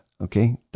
okay